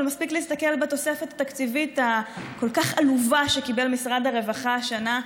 ומספיק להסתכל בתוספת התקציבית הכל-כך עלובה שקיבל משרד הרווחה השנה,